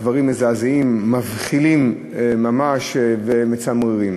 הדברים מזעזעים, מבחילים ממש ומצמררים.